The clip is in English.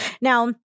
Now